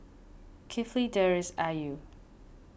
Kifli Deris and Ayu